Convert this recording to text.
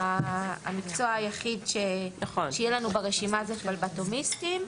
המקצוע היחיד שיהיה לנו ברשימה זה פלבוטומיסטים,